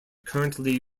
currently